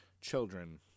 children